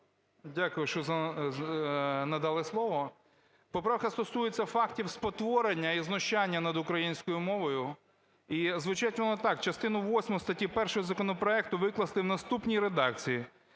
Дякую, що надали слово. Поправка стосується фактів спотворення і знущання над українською мовою і звучить вона так: "Частину восьму статті 1 законопроекту викласти в наступній редакції: